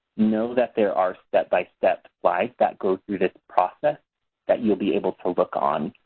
know that there are step-by-step slides that go through this process that you'll be able to look on.